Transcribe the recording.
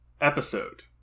Episode